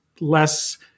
less